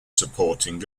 supporting